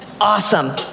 Awesome